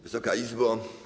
Wysoka Izbo!